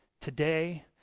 Today